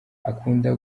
akunda